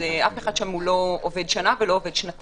אף אחד שם לא עובד שנה ולא שנתיים.